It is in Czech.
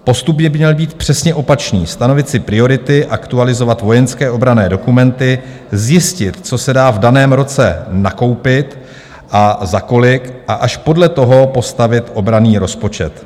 Postup by měl být přesně opačný: stanovit si priority, aktualizovat vojenské obranné dokumenty, zjistit, co se dá v daném roce nakoupit a za kolik a až podle toho postavit obranný rozpočet.